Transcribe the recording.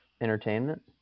entertainment